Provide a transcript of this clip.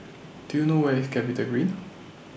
Do YOU know Where IS Capitagreen